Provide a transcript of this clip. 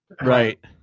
Right